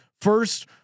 first